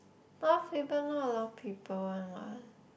Mount-Faber not a lot of people [one] what